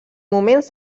moments